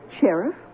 Sheriff